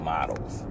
Models